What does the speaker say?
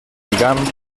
lligam